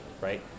right